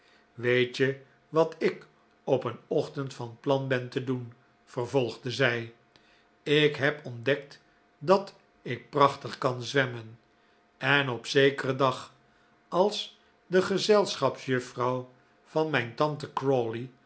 weet je wat ik op een ochtend van plan ben te doen vervolgde zij ikheb ontdekt dat ikprachtig kan zwemmen en op zekeren dag als de gezelschapsjuffrouw van mijn tante